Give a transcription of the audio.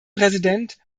präsident